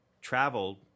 traveled